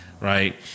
right